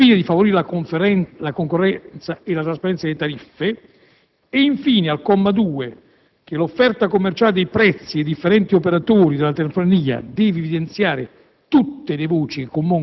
di più: «Al fine di favorire la concorrenza e la trasparenza delle tariffe (...)»; e, infine, al comma 2 si aggiunge: «L'offerta commerciale dei prezzi dei differenti operatori della telefonia deve evidenziare